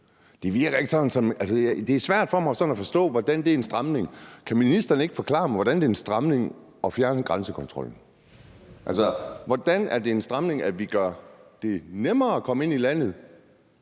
det er svært for mig at forstå, hvordan det er en stramning. Kan ministeren ikke forklare mig, hvordan det er en stramning, når man fjerner grænsekontrollen, og når man gør det nemmere at komme ind i landet?